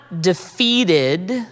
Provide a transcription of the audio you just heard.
defeated